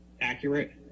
accurate